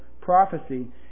prophecy